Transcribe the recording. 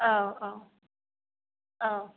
औ औ औ